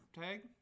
tag